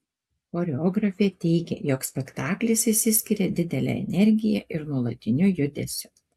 choreografė teigia jog spektaklis išsiskiria didele energija ir nuolatiniu judesiu